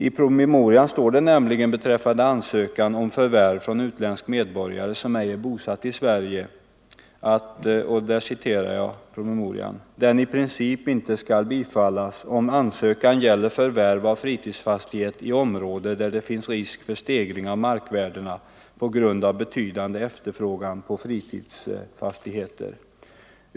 I promemorian står det nämligen beträffande ansökan om förvärv från utländsk medborgare, som ej är bosatt i Sverige, att den ”i princip inte skall bifallas, om ansökan gäller förvärv av fritidsfastighet i område där det finns risk för stegring av markvärdena på grund av betydande efterfrågan på fritidsfastigheter.